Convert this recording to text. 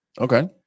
Okay